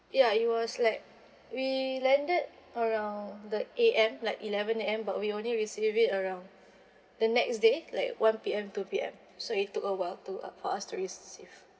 ya it was like we landed around the A_M like eleven A_M but we only received it around the next day like one P_M two P_M so it took a while to uh for us to receive